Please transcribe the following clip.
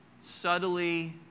subtly